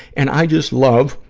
and i just love,